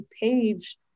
page